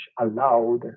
allowed